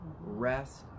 rest